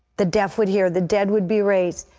the deaf would hear, the dead would be raised,